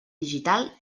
digital